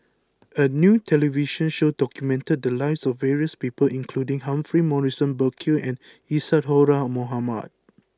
a new television show documented the lives of various people including Humphrey Morrison Burkill and Isadhora Mohamed